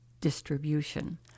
distribution